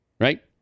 Right